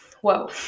whoa